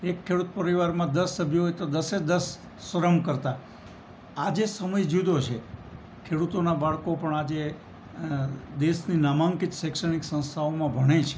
એક ખેડૂત પરિવારમાં દસ સભ્યો હોય તો દસે દસ શ્રમ કરતા આજે સમય જુદો છે ખેડૂતોનાં બાળકો પણ આજે દેશની નામાંકિત શૈક્ષણિક સંસ્થાઓમાં ભણે છે